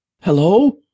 Hello